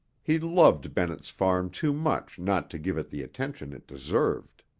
he loved bennett's farm too much not to give it the attention it deserved.